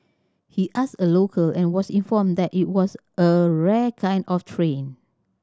he asked a local and was informed that it was a rare kind of train